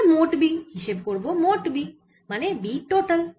এবার মোট B হিসেব করব মোট B মানে B টোটাল